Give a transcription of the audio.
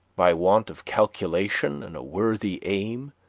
by want of calculation and a worthy aim,